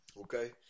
Okay